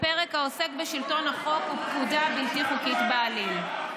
בפרק העוסק בשלטון החוק ופקודה בלתי חוקית בעליל.